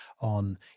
on